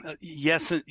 yes